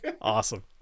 Awesome